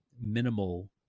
minimal